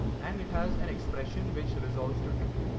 and it has an expression which resolves to true.